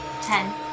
Ten